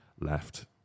left